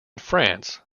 france